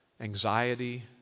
anxiety